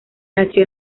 nació